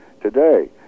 today